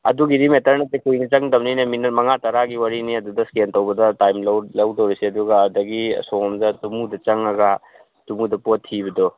ꯑꯗꯨꯒꯤꯗꯤ ꯃꯦꯇꯔ ꯅꯠꯇꯦ ꯀꯨꯏꯅ ꯆꯪꯗꯕꯅꯤꯅꯦ ꯃꯤꯅꯤꯠ ꯃꯉꯥ ꯇꯥꯔꯥꯒꯤ ꯋꯥꯔꯤꯅꯤ ꯑꯗꯨꯗ ꯏꯁꯀꯦꯟ ꯇꯧꯕꯗ ꯇꯥꯏꯝ ꯂꯩꯗꯧꯔꯤꯁꯦ ꯑꯗꯨꯒ ꯑꯗꯒꯤ ꯑꯁꯣꯝꯂꯣꯝꯗ ꯇꯨꯃꯨꯗ ꯆꯪꯉꯒ ꯇꯨꯃꯨꯗ ꯄꯣꯠ ꯊꯤꯕꯗꯣ